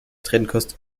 trennkost